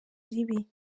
ribi